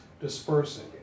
dispersing